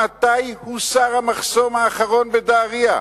מתי הוסר המחסום האחרון בדהרייה?